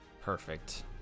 perfect